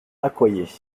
accoyer